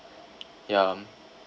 ya um